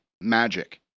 magic